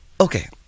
Okay